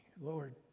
Lord